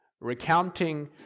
recounting